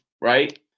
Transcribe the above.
right